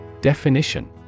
Definition